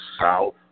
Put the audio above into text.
South